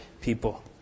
people